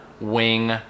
wing